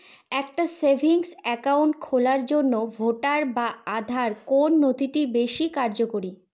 একটা savings account খোলার জন্য ভোটার বা আধার কোন নথিটি বেশী কার্যকরী?